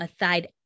aside